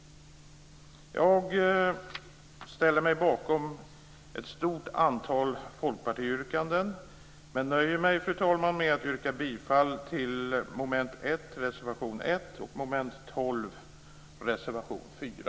Jag ställer mig bakom ett stort antal Folkpartiyrkanden men nöjer mig, fru talman, med att yrka bifall till reservation 1 under mom. 1 och reservation 4